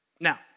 Now